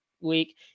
week